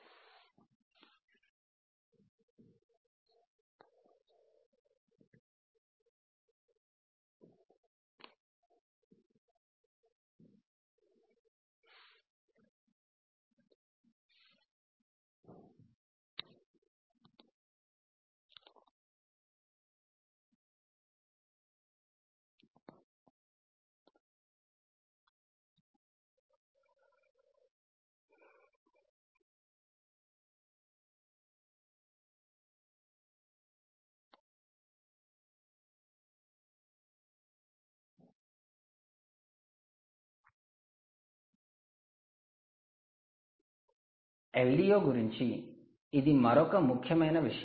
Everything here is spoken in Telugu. LDO గురించి ఇది మరొక ముఖ్యమైన విషయం